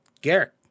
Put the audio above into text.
Garrett